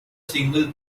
single